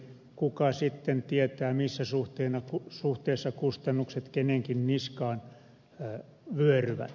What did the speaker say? kuka sitten tietää missä suhteessa kustannukset kenenkin niskaan vyöryvät